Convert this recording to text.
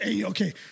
okay